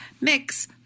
mix